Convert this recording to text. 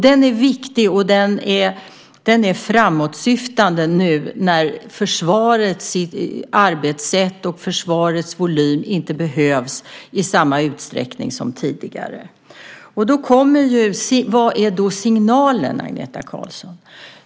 Den är viktig och framåtsyftande nu när försvarets arbetssätt och försvarets volym inte behövs i samma utsträckning som tidigare. Vad är då signalen, frågar Annika Qarlsson?